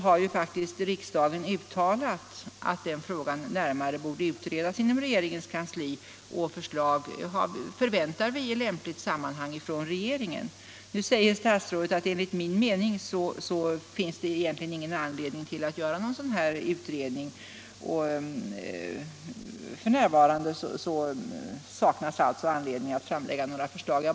Där har riksdagen uttalat att den frågan borde utredas närmare inom regeringens kansli och att riksdagen förväntar ett förslag från regeringen i lämpligt sammanhang. Nu säger herr statsrådet att det enligt hans mening inte finns någon anledning att göra en sådan utredning och att det alltså f. n. inte är aktuellt med något förslag.